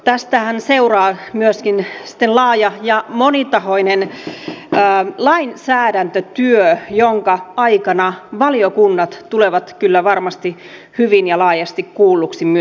tästähän seuraa myöskin se laaja ja monitahoinen lainsäädäntötyö jonka aikana valiokunnat tulevat kyllä varmasti hyvin ja laajasti kuulluksi myöskin